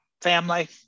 family